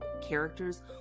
characters